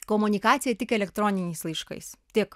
komunikacija tik elektroniniais laiškais tik